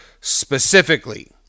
specifically